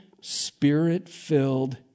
spirit-filled